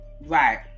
Right